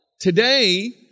today